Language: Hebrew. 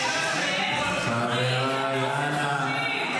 --- חבריי, אנא,